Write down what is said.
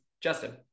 Justin